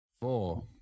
Four